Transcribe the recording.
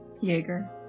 Jaeger